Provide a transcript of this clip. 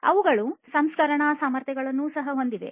ಅವುಗಳು ಸಂಸ್ಕರಣಾ ಸಾಮರ್ಥ್ಯಗಳನ್ನು ಸಹ ಹೊಂದಿವೆ